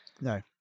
No